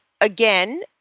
again